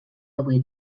avui